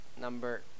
number